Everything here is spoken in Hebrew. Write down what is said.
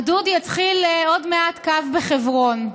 הגדוד יתחיל עוד מעט קו בחברון,